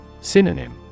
Synonym